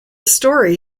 story